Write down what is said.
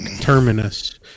Terminus